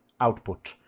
Output